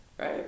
right